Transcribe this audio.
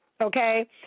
Okay